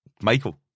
Michael